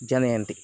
जनयन्ति